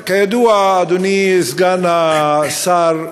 כידוע, אדוני סגן השר,